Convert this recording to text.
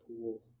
pool